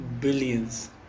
Billions